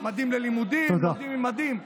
ממדים ללימודים, ממדים למדים.